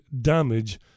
damage